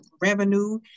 revenue